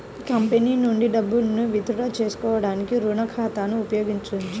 company నుండి డబ్బును withdraw చేసుకోవడానికి రుణ ఖాతాను ఉపయోగించొచ్చు